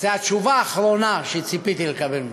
זו התשובה האחרונה שציפיתי לקבל ממך.